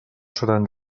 seran